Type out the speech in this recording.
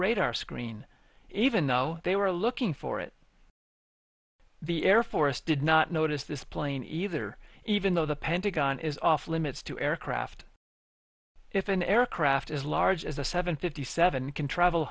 radar screen even though they were looking for it the air force did not notice this plane either even though the pentagon is off limits to aircraft if an aircraft as large as a seven fifty seven can travel